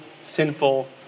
sinful